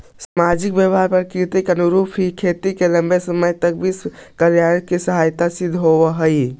सामाजिक व्यवहार प्रकृति के अनुरूप ही खेती को लंबे समय तक विश्व कल्याण में सहायक सिद्ध होई